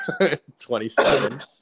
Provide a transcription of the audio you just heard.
27